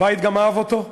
הבית גם אהב אותו.